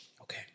Okay